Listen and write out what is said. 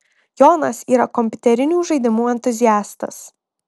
jonas yra kompiuterinių žaidimų entuziastas